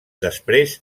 després